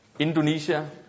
Indonesia